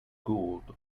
gould